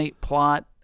plot